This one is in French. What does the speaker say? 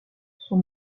son